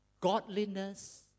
godliness